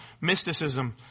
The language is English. mysticism